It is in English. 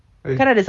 eh